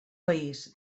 país